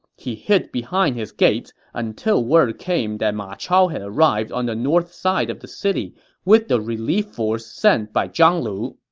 he hid behind his gates until word came that ma chao had arrived on the north side of the city with the relief force sent by zhang lu.